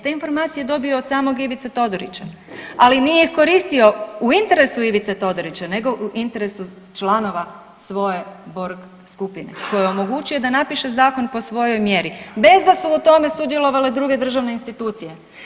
Te informacije je dobio od samog Ivice Todorića ali nije koristio u interesu Ivice Todorića nego u interesu članova svoje Borg skupine kojoj omogućuje da napiše zakon po svojoj mjeri bez da su u tome sudjelovale druge državne institucije.